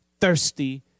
thirsty